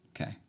Okay